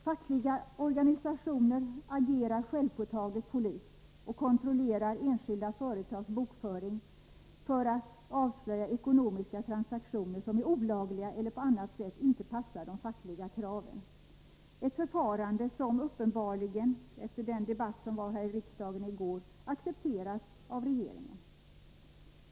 Fackliga organisationer agerar självpåtaget polis och kontrollerar enskilda företags bokföring för att avslöja ekonomiska transaktioner som är olagliga eller på annat sätt inte passar de fackliga kraven — ett förfarande som uppenbarligen, efter den debatt som fördes här i går, accepteras av regeringen.